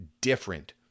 different